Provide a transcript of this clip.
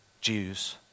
Jews